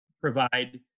provide